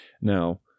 Now